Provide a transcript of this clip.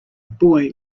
boy